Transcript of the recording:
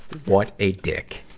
what a dick.